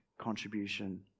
contribution